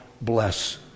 Bless